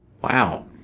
Wow